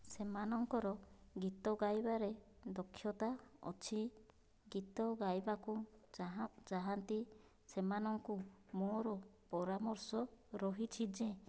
ସେମାନଙ୍କର ଗୀତ ଗାଇବାରେ ଦକ୍ଷତା ଅଛି ଗୀତ ଗାଇବାକୁ ଚାହାନ୍ତି ସେମାନଙ୍କୁ ମୋର ପରାମର୍ଶ ରହିଛି ଯେ